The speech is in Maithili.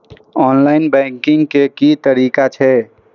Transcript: ऑनलाईन बैंकिंग के की तरीका छै?